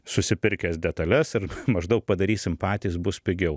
susipirkęs detales ir maždaug padarysim patys bus pigiau